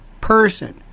person